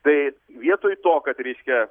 tai vietoj to kad reiškia